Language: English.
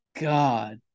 God